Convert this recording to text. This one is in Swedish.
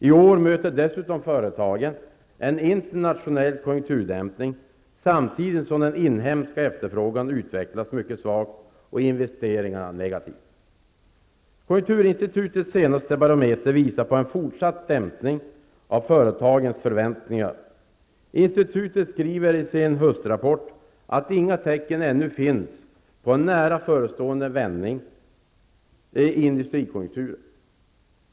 I år möter dessutom företagen en internationell konjunkturdämpning, samtidigt som den inhemska efterfrågan utvecklas mycket svagt och investeringarna negativt. Konjunkturinstitutets senaste barometer visar på en fortsatt dämpning av företagens förväntningar. Institutet skriver i sin höstrapport att inga tecken ännu finns på en nära förestående vändning i industrikonjunkturen.